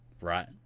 Right